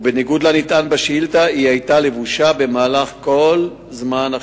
ובניגוד לנטען בשאילתא היא היתה לבושה במהלך כל החיפוש.